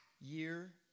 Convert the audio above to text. Year